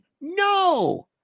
no